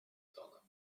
tonem